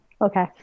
okay